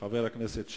חבר הכנסת שאמה,